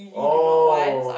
oh